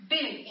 big